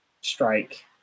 strike